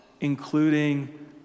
including